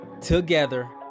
together